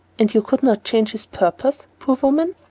and you could not change his purpose poor woman!